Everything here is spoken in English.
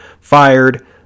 fired